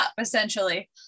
essentially